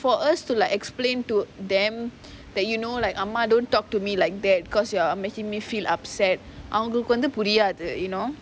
for us to like explain to them that you know like அம்மா:amma don't talk to me like that because you are making me feel upset அவங்களுக்கு வந்து புரியாது:avangaluku vanthu puriyaathu you know